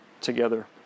together